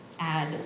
Add